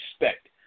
respect